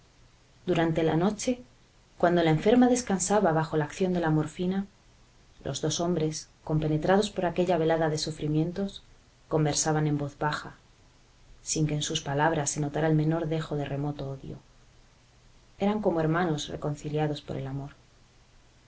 durante la noche cuando la enferma descansaba bajo la acción de la morfina los dos hombres compenetrados por aquella velada de sufrimientos conversaban en voz baja sin que en sus palabras se notara el menor dejo de remoto odio eran como hermanos reconciliados por el amor